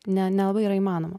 ne nelabai yra įmanoma